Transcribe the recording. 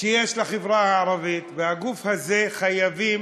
שיש לחברה הערבית, והגוף הזה, חייבים,